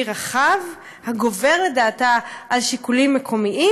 רחב הגובר לדעתה על שיקולים מקומיים,